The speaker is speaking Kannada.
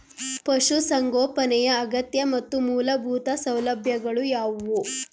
ಪಶುಸಂಗೋಪನೆಯ ಅಗತ್ಯ ಮತ್ತು ಮೂಲಭೂತ ಸೌಲಭ್ಯಗಳು ಯಾವುವು?